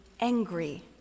angry